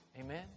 Amen